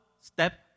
step